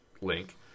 link